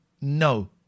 No